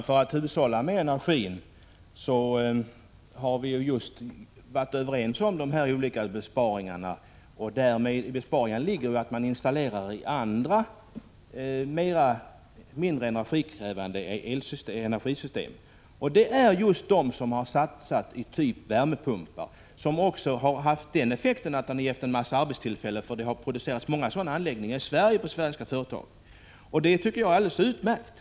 Fru talman! Vi har varit överens om de här olika besparingarna för att man skall hushålla med energi, och i besparingar ligger att andra, mindre energikrävande system installeras. Ett exempel är alltså satsningen på värmepumpar — som också har haft den effekten att det har skapats en massa arbetstillfällen, på grund av att det har producerats många sådana anläggningar av svenska företag i Sverige, vilket är alldeles utmärkt.